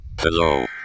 Hello